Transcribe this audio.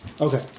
Okay